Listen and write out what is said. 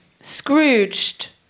Scrooged